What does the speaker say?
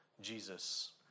Jesus